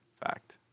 Fact